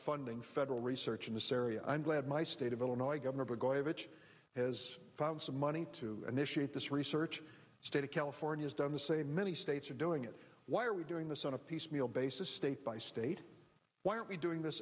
funding federal research in this area i'm glad my state of illinois governor blagojevich has found some money to initiate this research state of california's done the same many states are doing it why are we doing this on a piecemeal basis state by state why are we doing this